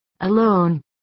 Alone